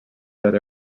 that